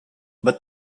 but